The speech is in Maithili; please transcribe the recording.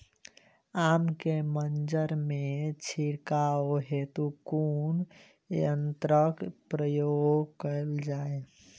आम केँ मंजर मे छिड़काव हेतु कुन यंत्रक प्रयोग कैल जाय?